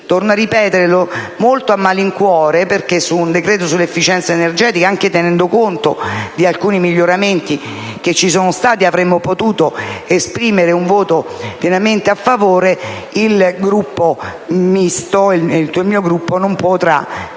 motivi, ripeto, molto a malincuore, perché su un decreto-legge in materia di efficienza energetica, anche tenendo conto di alcuni miglioramenti che ci sono stati, avremmo potuto esprimere un voto pienamente favorevole, il mio Gruppo non potrà